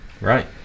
right